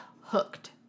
hooked